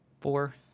four